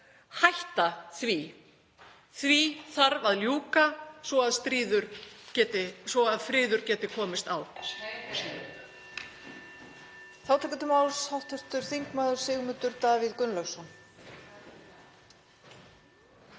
hætta því. Því þarf að ljúka svo að friður geti komist á.